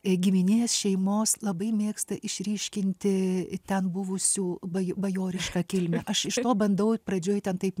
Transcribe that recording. giminės šeimos labai mėgsta išryškinti ten buvusių baj bajorišką kilmę aš bandau pradžioj ten taip